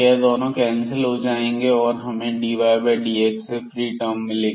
यह दोनों कैंसिल हो जाएंगे और हमें dydx से फ्री टर्म मिलेगी